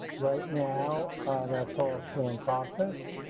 right now that's all still in process.